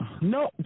No